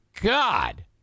God